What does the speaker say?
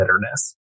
bitterness